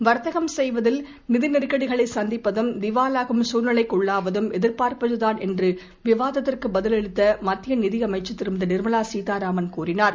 வர்த்தகம் செய்வதில் நிதி நெருக்கடிகளை சந்திப்பதும் திவாவாகும் குழ்நிலைக்குள்ளாவதும் எதிர்பார்ப்பது தான் என்று விவாத்திற்குப் பதிலளித்த மத்திய நிதியமைச்சர் திருமதி நிர்மலா சீதாராமன் கூறினார்